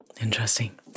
Interesting